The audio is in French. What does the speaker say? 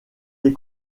des